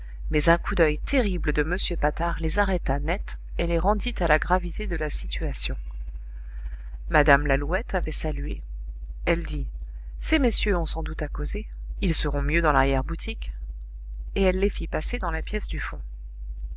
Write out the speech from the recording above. mais un coup d'oeil terrible de m patard les arrêta net et les rendit à la gravité de la situation mme lalouette avait salué elle dit ces messieurs ont sans doute à causer ils seront mieux dans l'arrière-boutique et elle les fit passer dans la pièce du fond